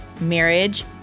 marriage